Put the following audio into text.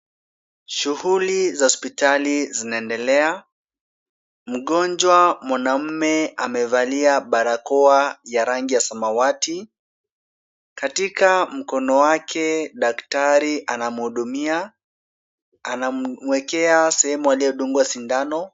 Shughuli za hospitali zinaendelea. Mgonjwa mwanamume amevalia barakoa ya rangi ya samawati. Katika mkono wake daktari anamhudumia. Anamuekea sehemu aliyodungwa sindano.